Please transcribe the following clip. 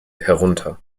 herunter